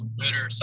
Twitter